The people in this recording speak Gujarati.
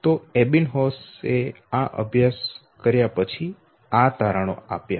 તો એબિન્હોસ એ આ અભ્યાસ કર્યા પછી આ તારણો આપ્યા